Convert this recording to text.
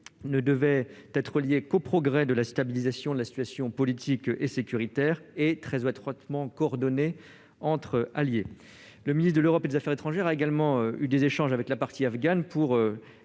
devait être conditionné aux progrès de la stabilisation de la situation politique et sécuritaire, et très étroitement coordonné entre alliés. Le ministre de l'Europe et des affaires étrangères a également échangé avec la partie afghane pour